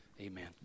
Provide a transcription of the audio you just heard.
Amen